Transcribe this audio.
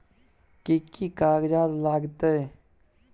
कि कि कागजात लागतै?